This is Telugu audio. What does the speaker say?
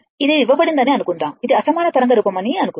ఇది ఇవ్వబడినది అనుకుందాం ఇది అసమాన తరంగ రూపమని అనుకుందాం